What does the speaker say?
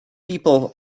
people